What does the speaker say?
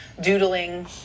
doodling